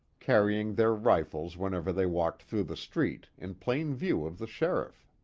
carrying their rifles whenever they walked through the street, in plain view of the sheriff.